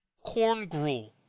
corn gruel.